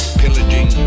pillaging